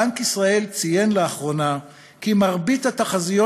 בנק ישראל ציין לאחרונה כי מרבית התחזיות